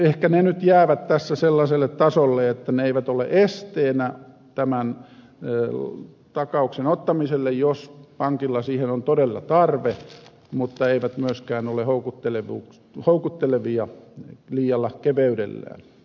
ehkä ne nyt jäävät tässä sellaiselle tasolle että ne eivät ole esteenä tämän takauksen ottamiselle jos pankilla siihen on todella tarve mutta eivät myöskään ole houkuttelevia liialla keveydellään